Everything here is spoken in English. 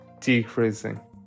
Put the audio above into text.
decreasing